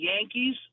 Yankees